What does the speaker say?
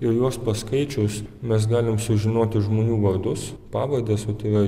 ir juos paskaičius mes galim sužinoti žmonių vardus pavardes o tai yra